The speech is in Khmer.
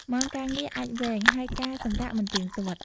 ម៉ោងការងារអាចវែង ហើយការសម្រាកមិនទៀងទាត់។